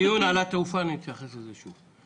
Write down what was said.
בדיון על התעופה אני אתייחס לזה שוב.